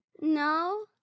No